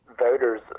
Voters